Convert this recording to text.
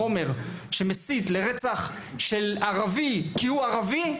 חומר לימוד שמסית לרצח של ערבי מתוקף היותו ערבי,